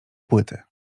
płyty